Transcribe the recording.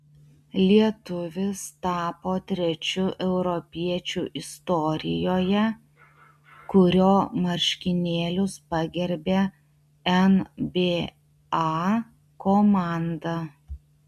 lietuvis tapo trečiu europiečiu istorijoje kurio marškinėlius pagerbė nba komanda